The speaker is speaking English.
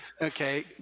Okay